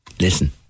Listen